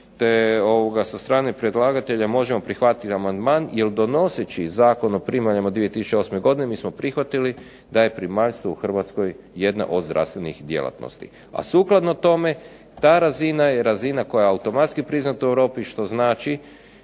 te sa strane predlagatelja možemo prihvatiti amandman jer donoseći Zakon o primaljama 2008. godine mi smo prihvatili da je primaljstvo u Hrvatskoj jedna od zdravstvenih djelatnosti. A sukladno tome ta razina je razina koja je automatski priznata u Europi što znači